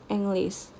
English